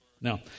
Now